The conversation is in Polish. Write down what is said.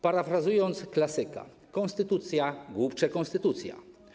Parafrazując klasyka: konstytucja, głupcze, konstytucja.